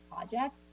project